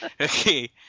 Okay